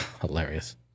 Hilarious